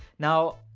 now,